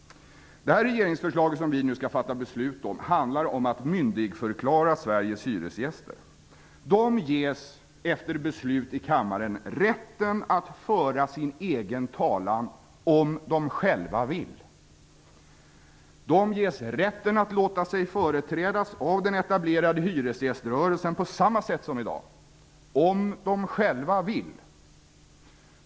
Det regeringsförslag som vi nu skall fatta beslut om handlar om att myndigförklara Sveriges hyresgäster. De ges efter beslut i kammaren rätten att föra sin egen talan, om de själva vill. De ges rätten att låta sig företrädas av den etablerade hyresgäströrelsen på samma sätt som i dag, om de själva vill.